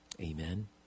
Amen